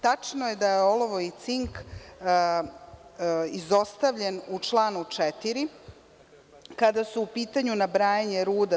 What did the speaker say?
Tačno je da su olovo i cink izostavljeni u članu 4, kada je u pitanju nabrajanje ruda.